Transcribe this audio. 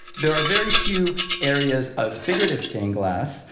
there are very few areas of figurative stained glass,